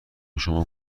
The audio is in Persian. شما